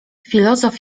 filozof